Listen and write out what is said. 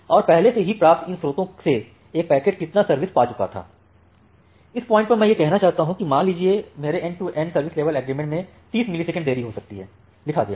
और पहले से ही प्राप्त इन स्रोतों से एक पैकेट कितना सर्विस पा चुका था इस पॉइंट पर मैं ये कहना चाहता हूं कि मान लीजियेमेरे end to end service level agreement में 30 मिलीसेकंड देरी हो सकती है लिखा गया है